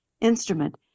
instrument